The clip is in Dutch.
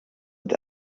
het